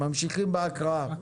ממשיכים בהקראה.